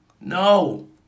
No